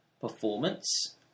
performance